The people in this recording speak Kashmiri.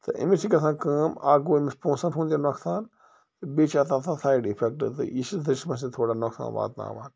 تہٕ أمِس چھِ گژھان کٲم اَکھ گوٚو أمِس پونٛسَن ہُنٛد تہِ نۄقصان تہٕ بیٚیہِ چھِ اَتھ آسان سایڈ اِفٮ۪کٹ تہٕ یہِ چھِ جسمَس تہِ تھوڑا نۄقصان واتناوان